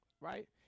right